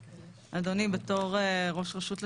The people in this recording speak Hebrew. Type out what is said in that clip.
אדוני, בתור ראש רשות לשעבר,